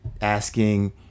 asking